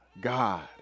God